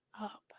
up